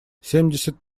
семьдесят